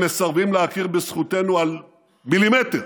הם מסרבים להכיר בזכותנו על מילימטר